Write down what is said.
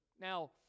Now